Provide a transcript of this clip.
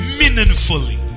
meaningfully